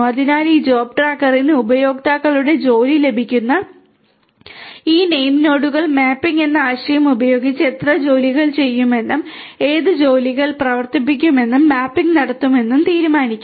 അതിനാൽ ഈ ജോബ് ട്രാക്കറിന് ഉപയോക്താക്കളുടെ ജോലി ലഭിക്കുന്ന ഈ നെയിം നോഡുകൾ മാപ്പിംഗ് എന്ന ആശയം ഉപയോഗിച്ച് എത്ര ജോലികൾ ചെയ്യുമെന്നും എത്ര ജോലികൾ ഏത് ജോലികൾ പ്രവർത്തിപ്പിക്കുമെന്നും മാപ്പിംഗ് നടത്തുമെന്ന് തീരുമാനിക്കും